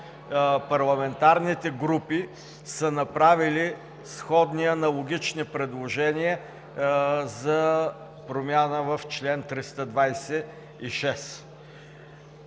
парламентарните групи са направили сходни, аналогични предложения за промяна в чл. 326.